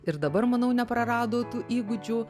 ir dabar manau neprarado tų įgūdžių